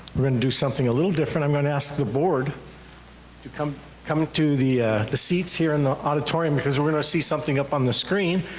we're gonna do something a little different. i'm gonna ask the board to come come to the the seats here in the auditorium because we're gonna see something up on the screen.